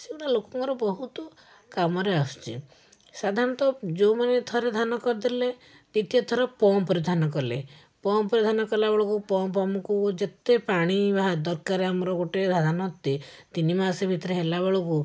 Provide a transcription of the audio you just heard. ସେଗୁଡ଼ା ଲୋକଙ୍କର ବହୁତ କାମରେ ଆସୁଛି ସାଧାରଣତଃ ଯେଉଁମାନେ ଥରେ ଧାନ କରିଦେଲେ ଦ୍ୱିତୀୟଥର ପମ୍ପ୍ରେ ଧାନ କଲେ ପମ୍ପ୍ରେ ଧାନ କଲାବେଳକୁ ପମ୍ପ୍ ଆମକୁ ଯେତେ ପାଣି ବା ଦରକାର ଆମର ଗୋଟେ ଧାନ ତି ତିନି ମାସ ଭିତରେ ହେଲାବେଳକୁ